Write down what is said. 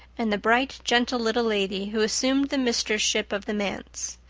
and the bright, gentle little lady who assumed the mistress-ship of the manse.